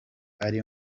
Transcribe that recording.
ari